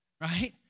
Right